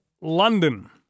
London